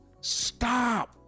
Stop